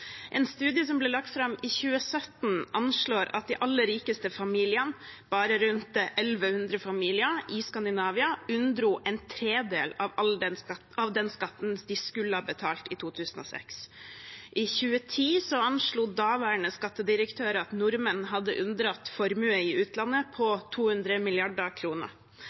En studie som ble lagt fram i 2017, anslår at de aller rikeste familiene – bare rundt 1 100 familier i Skandinavia – unndro en tredel av den skatten de skulle ha betalt i 2006. I 2010 anslo daværende skattedirektør at nordmenn hadde unndratt formue i utlandet på 200